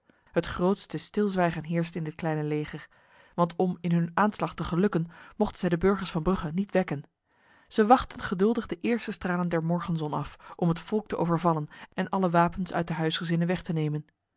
het grootste stilzwijgen heerste in dit kleine leger want om in hun aanslag te gelukken mochten zij de burgers van brugge niet wekken zij wachtten geduldig de eerste stralen der morgenzon af om het volk te overvallen en alle wapens uit de huisgezinnen weg te nemen